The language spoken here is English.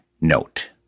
note